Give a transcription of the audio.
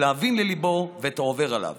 להבין לליבו ואת העובר עליו